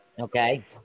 Okay